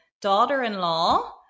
daughter-in-law